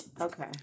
Okay